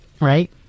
right